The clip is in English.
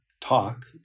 talk